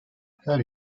her